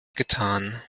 getan